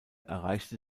erreichte